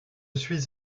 suis